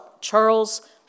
Charles